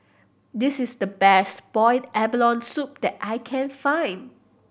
this is the best boiled abalone soup that I can find